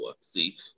See